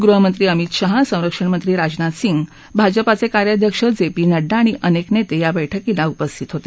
गृहमंत्री अमित शहा संरक्षणमंत्री राजनाथ सिंग भाजपाचे कार्याध्यक्ष जे पी नड्डा आणि अनेक नेते या बैठकीला उपस्थित होते